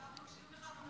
רק מקשיבים לך.